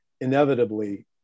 inevitably